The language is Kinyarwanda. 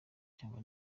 cyangwa